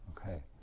Okay